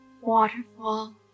waterfall